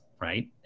right